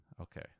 Okay